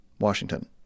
Washington